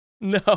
no